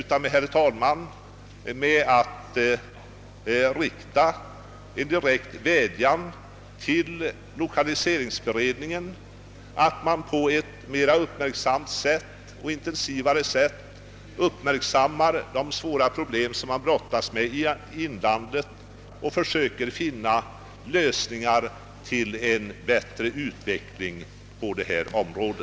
Jag vill, herr talman, sluta med att rikta en direkt vädjan till lokaliseringsberedningen att på ett intensivare sätt uppmärksamma de svåra problem man brottas med i inlandet och försöka finna lösningar som kan leda till en gynnsammare utveckling på detta område.